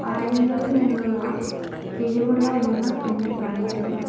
പാനീയങ്ങളിൽ നിന്നുള്ള കിഴിവുള്ള ഇനങ്ങൾ എന്നെ കാണിക്കുക